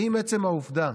מעצם העובדה